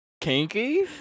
Kinky